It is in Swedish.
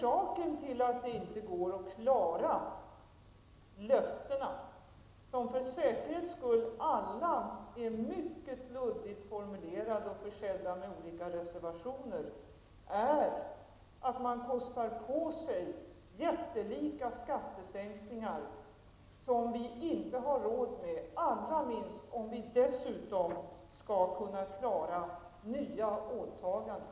Orsaken till att det inte går att klara löftena, som alla för säkerhets skull är mycket luddigt formulerade och försedda med olika reservationer, är att man kostar på sig jättelika skattesänkningar som vi inte har råd med, allra minst om vi dessutom skall kunna klara nya åtaganden.